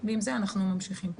ועם זה אנחנו ממשיכים.